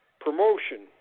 promotion